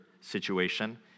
situation